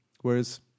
Whereas